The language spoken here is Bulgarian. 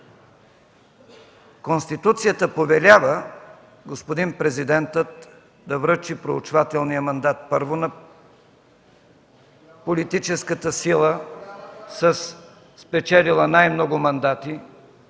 Конституцията повеля господин президентът да връчи проучвателния мандат първо на политическата сила спечелила най-много мандати.